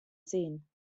sehen